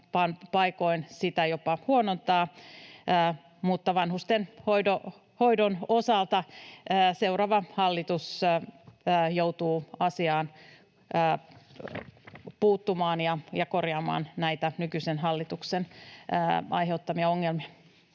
paikoin sitä jopa huonontaa, mutta vanhustenhoidon osalta seuraava hallitus joutuu asiaan puuttumaan ja korjaamaan näitä nykyisen hallituksen aiheuttamia ongelmia.